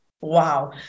Wow